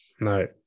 No